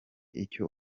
icyo